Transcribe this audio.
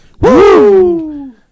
woo